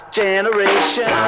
generation